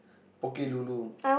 Poke-Lulu